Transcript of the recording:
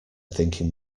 thinking